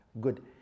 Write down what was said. Good